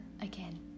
again